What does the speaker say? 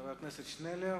חבר הכנסת עתניאל שנלר.